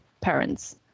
parents